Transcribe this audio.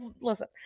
listen